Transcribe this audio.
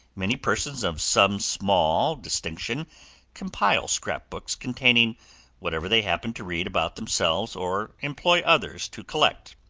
many persons of some small distinction compile scrap-books containing whatever they happen to read about themselves or employ others to collect.